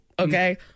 okay